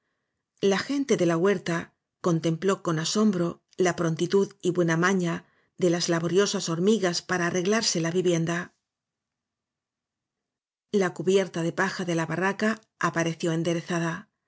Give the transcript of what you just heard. la gente de la huerta contempló con asom bro la prontitud y buena maña de las laboriosas hormigas para arreglarse la vivienda la cubierta de paja de la barraca apareció enderezada las